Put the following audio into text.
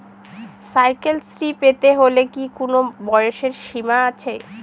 Cycle Shri পেতে হলে কি কোনো বয়সের সীমা আছে?